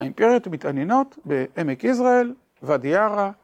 האימפריות מתעניינות בעמק יזרעאל, ואדי ערה.